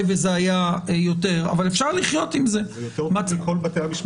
זה יותר --- מכל בתי המשפט.